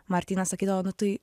martynas sakydavo nu tai